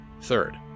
Third